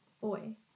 Boy